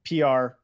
pr